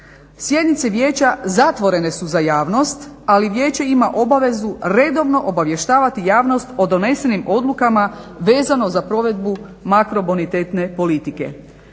Sjednice vijeća zatvorene su za javnost ali vijeće ima obavezu redovno obavještavati javnost o donesenim odlukama vezano za provedbu makrobonitetne politike.